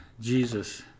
Jesus